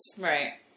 Right